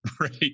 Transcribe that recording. right